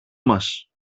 μας